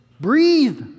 Breathe